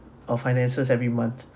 our finances every month